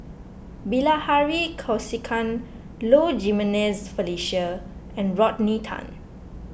Bilahari Kausikan Low Jimenez Felicia and Rodney Tan